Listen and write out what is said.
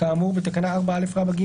כאמור בתקנה 4א(ג),